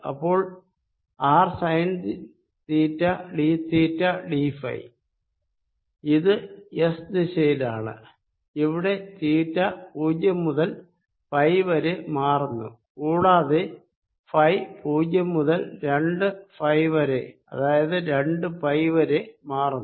അപ്പോൾ R sine theta d theta d phi ഇത് s ദിശയിലാണ് ഇവിടെ തീറ്റ പൂജ്യം മുതൽ പൈ വരെ മാറുന്നു കൂടാതെ ഫൈ പൂജ്യം മുതൽ രണ്ടു ഫൈ വരെ രണ്ടു പൈ വരെ മാറുന്നു